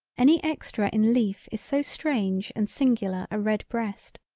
any extra in leaf is so strange and singular a red breast.